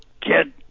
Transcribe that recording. kid